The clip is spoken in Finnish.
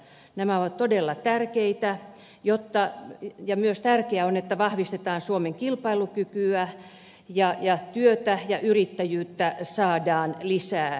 nämä ovat todella tärkeitä tavoitteita ja myös tärkeää on että vahvistetaan suomen kilpailukykyä ja työtä ja yrittäjyyttä saadaan lisää